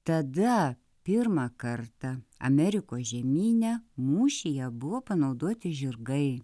tada pirmą kartą amerikos žemyne mūšyje buvo panaudoti žirgai